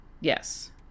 Yes